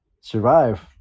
survive